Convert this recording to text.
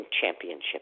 Championship